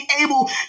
able